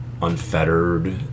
unfettered